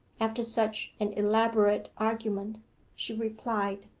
after such an elaborate argument she replied,